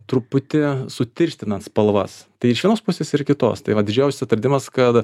truputį sutirštinant spalvas tai iš vienos pusės ir kitos tai vat didžiausias atradimas kad